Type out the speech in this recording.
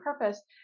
purpose